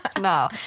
No